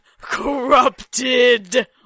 corrupted